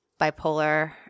bipolar